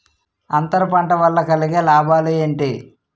అంతర పంట వల్ల కలిగే లాభాలు ఏంటి